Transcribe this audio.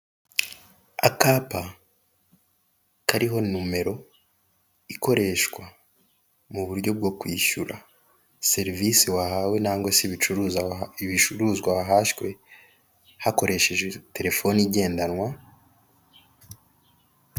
Abantu batandukanye bafite amadapo y'ibara ry'umweru ubururu n'umutuku yanditseho Efuperi bakikije umukuru w'igihugu perezida Paul Kagame wambaye ingofero y'umukara umupira w'umweru, uriho ikirangantego cya efuperi wazamuye akaboko.